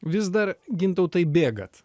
vis dar gintautai bėgat